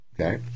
Okay